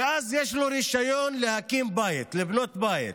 ואז יש לו רישיון להקים בית, לבנות בית.